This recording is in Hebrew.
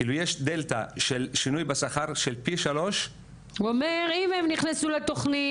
כאילו יש דלתא של שינוי בשכר של פי 3. הוא אומר אם הם נכנסו לתוכנית